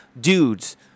dudes